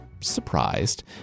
surprised